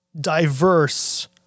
diverse